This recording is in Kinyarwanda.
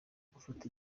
gufata